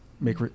make